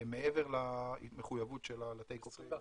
מעבר למחויבות שלה ל-take or pay.